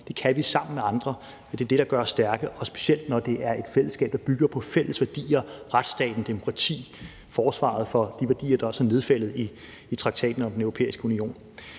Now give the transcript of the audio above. Det kan vi sammen med andre, og det er det, der gør os stærke, specielt når det er et fællesskab, der bygger på fælles værdier – retsstaten og demokrati – og forsvaret af de værdier, der er nedfældet i Traktaten om Den Europæiske Union.